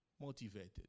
motivated